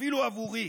אפילו עבורי.